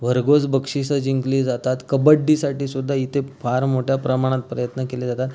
भरघोस बक्षीसं जिंकली जातात कबड्डीसाठीसुद्धा इथे फार मोठ्या प्रमाणात प्रयत्न केले जातात